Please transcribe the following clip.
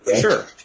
Sure